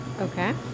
Okay